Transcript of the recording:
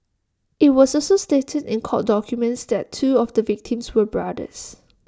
IT was also stated in court documents that two of the victims were brothers